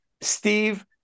Steve